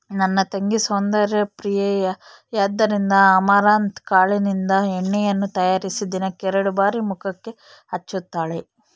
ನನ್ನ ತಂಗಿ ಸೌಂದರ್ಯ ಪ್ರಿಯೆಯಾದ್ದರಿಂದ ಅಮರಂತ್ ಕಾಳಿನಿಂದ ಎಣ್ಣೆಯನ್ನು ತಯಾರಿಸಿ ದಿನಕ್ಕೆ ಎರಡು ಬಾರಿ ಮುಖಕ್ಕೆ ಹಚ್ಚುತ್ತಾಳೆ